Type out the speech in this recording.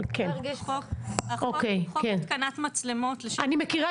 אני רוצה להגיד שכיוון שמדובר בחוק חדש יחסית,